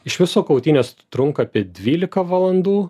iš viso kautynės trunka apie dvylika valandų